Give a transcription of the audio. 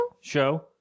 show